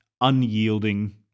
unyielding